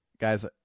guys